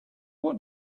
what